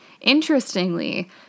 Interestingly